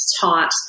taught